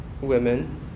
women